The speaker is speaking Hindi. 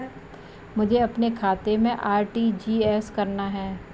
मुझे अपने खाते से आर.टी.जी.एस करना?